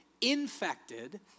infected